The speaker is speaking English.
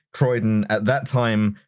croydon at that time,